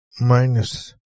minus